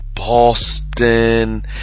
Boston